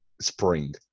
spring